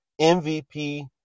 MVP